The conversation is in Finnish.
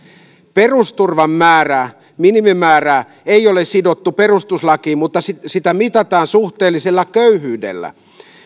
perusturvan minimimäärää ei ole sidottu perustuslakiin mutta sitä sitä mitataan suhteellisella köyhyydellä